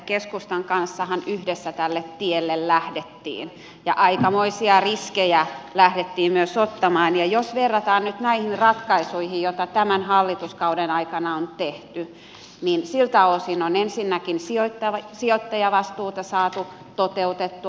keskustan kanssahan yhdessä tälle tielle lähdettiin ja aikamoisia riskejä lähdettiin myös ottamaan ja jos verrataan nyt näihin ratkaisuihin joita tämän hallituskauden aikana on tehty niin siltä osin on ensinnäkin sijoittajavastuuta saatu toteutettua